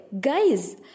guys